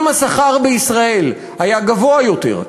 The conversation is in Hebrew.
אם השכר בישראל היה גבוה יותר,